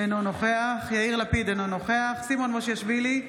אינו נוכח יאיר לפיד, אינו נוכח סימון מושיאשוילי,